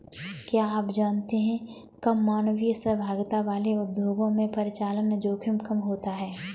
क्या आप जानते है कम मानवीय सहभागिता वाले उद्योगों में परिचालन जोखिम कम होता है?